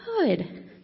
Good